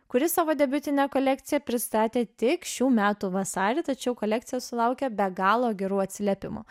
kuris savo debiutinę kolekciją pristatė tik šių metų vasarį tačiau kolekcija sulaukė be galo gerų atsiliepimų